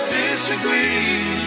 disagree